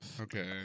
okay